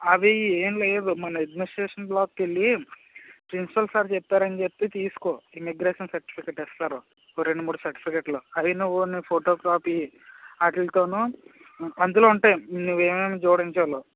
అదీ ఏంలేదు మన అడ్మినిస్ట్రేషన్ బ్లాక్కి వెళ్ళీ ప్రిన్సిపల్ సార్ చెప్పారని చెప్పి తీసుకో ఇమిగ్రేషన్ సర్టిఫికేట్ ఇస్తారు ఒక రెండు మూడు సర్టిఫికేట్లు అది నువ్వు నీ ఫోటోకాపీ వాటితో అందులో ఉంటాయి నువ్వు ఏమేమి జోడించాలో